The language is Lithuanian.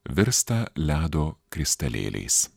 virsta ledo kristalėliais